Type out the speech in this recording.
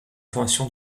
formation